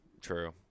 true